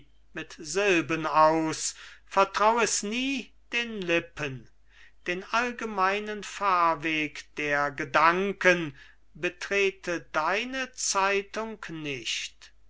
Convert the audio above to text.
mit silben aus vertrau es nie den lippen den allgemeinen fahrweg der gedanken betrete deine zeitung nicht